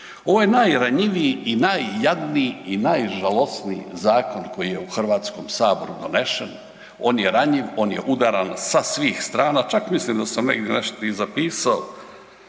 ovo je najranjiviji i najjadniji i najžalosniji zakon koji je u HS-u donesen, on je ranjiv, on je udaran sa svih strana čak mislim da sam negdje nešto i zapisao,